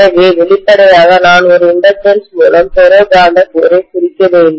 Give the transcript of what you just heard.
எனவே வெளிப்படையாக நான் ஒரு இண்டக்டன்ஸ் மூலம் ஃபெரோ காந்த கோரை குறிக்க வேண்டும்